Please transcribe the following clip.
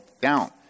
down